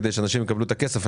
כדי שאנשים יקבלו את הכסף.